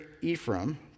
Ephraim